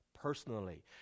personally